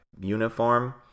uniform